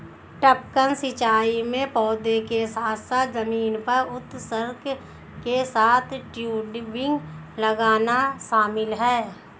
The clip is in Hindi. टपकन सिंचाई में पौधों के साथ साथ जमीन पर उत्सर्जक के साथ टयूबिंग लगाना शामिल है